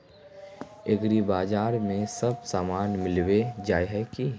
एग्रीबाजार में सब सामान मिलबे जाय है की?